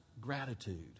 gratitude